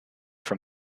from